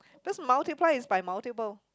because multiply is by multiple